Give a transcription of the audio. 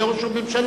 ותהיה ראש ממשלה,